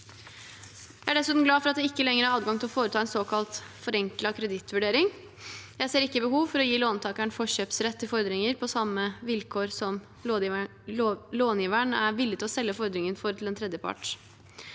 Jeg er dessuten glad for at det ikke lenger er adgang til å foreta en såkalt forenklet kredittvurdering, og jeg ser ikke behov for å gi låntakeren forkjøpsrett til fordringer på samme vilkår som långiveren er villig til å selge fordringen for til en tredjepart.